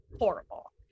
horrible